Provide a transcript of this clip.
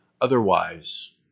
otherwise